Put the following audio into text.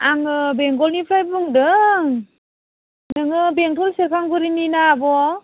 आङो बेंगलनिफ्राय बुंदों नोङो बेंटल सेरफांगुरिनि ना आब'